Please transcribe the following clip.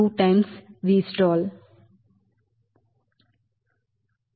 2 ಬಾರಿ Vstall